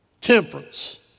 temperance